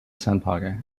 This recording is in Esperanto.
senpage